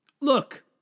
Look